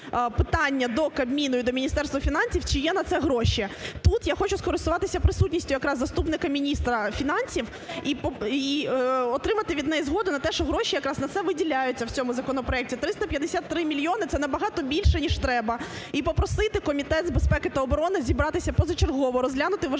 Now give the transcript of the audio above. питання до Кабміну і до Міністерства фінансів, чи є на це гроші. Тут я хочу скористатися присутністю якраз заступника міністра фінансів і отримати від неї згоду на те, що гроші якраз на це виділяються в цьому законопроекті. 353 мільйони – це набагато більше ніж треба. І попросити Комітет з безпеки та оборони зібратися позачергово, розглянути важливий